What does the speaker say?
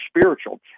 spiritual